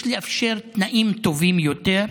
יש לאפשר תנאים טובים יותר,